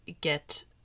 get